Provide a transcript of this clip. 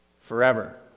forever